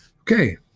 Okay